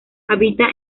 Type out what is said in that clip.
habita